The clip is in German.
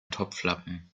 topflappen